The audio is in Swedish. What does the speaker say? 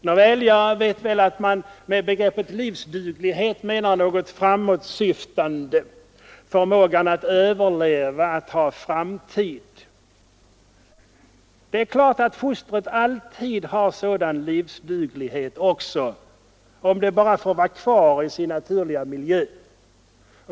Nåväl, jag vet att man med begreppet livsduglighet menar något framåtsyftande, dvs. förmåga att överleva, att ha framtid. Det är klart att fostret alltid har sådan livsduglighet, om det bara får vara kvar i sin naturliga miljö.